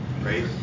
right